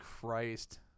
Christ